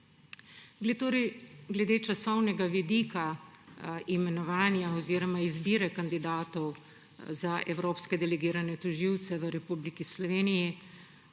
Glede časovnega vidika imenovanja oziroma izbire kandidatov za evropske delegirane tožilce v Republiki Sloveniji